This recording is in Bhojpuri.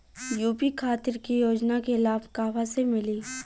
यू.पी खातिर के योजना के लाभ कहवा से मिली?